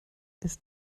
ist